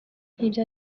ibyo